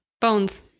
Bones